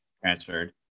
transferred